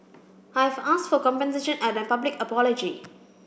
I've asked for compensation and a public apology